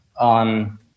on